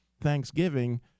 Thanksgiving